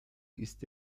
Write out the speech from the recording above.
ist